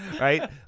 right